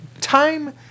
time